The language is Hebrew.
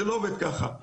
זה לא עובד ככה,